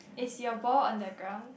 is your ball on the ground